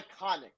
iconic